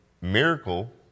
miracle